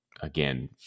again